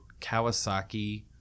Kawasaki